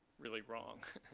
really wrong